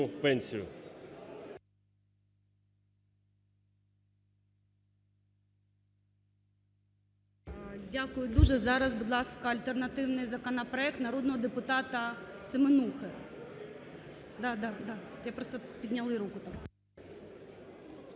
Дякую дуже. Зараз, будь ласка, альтернативний законопроект народного депутата Семенухи. Я просто, підняли руку там.